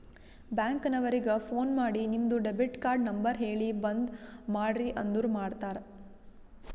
bank ನವರಿಗ phone ಮಾಡಿ ನಿಮ್ದು ಡೆಬಿಟ್ ಕಾರ್ಡ್ ನಂಬರ್ ಹೇಳಿ ಬಂದ್ ಮಾಡ್ರಿ ಅಂದುರ್ ಮಾಡ್ತಾರ